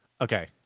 Okay